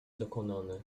dokonane